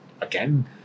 Again